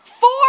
Four